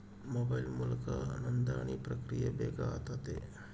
mobile ಮೂಲಕ ನೋಂದಣಿ ಪ್ರಕ್ರಿಯೆ ಬೇಗ ಆತತೆ